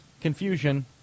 confusion